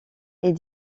est